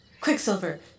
Quicksilver